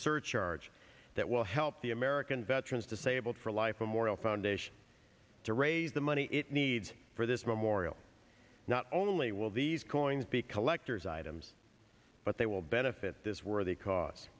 surcharge that will help the american veterans disabled for life a memorial foundation to raise the money it needs for this memorial not only will these coins be collector's items but they will benefit this worthy cause